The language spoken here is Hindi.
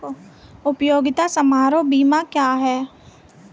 उपयोगिता समारोह बीमा क्या है?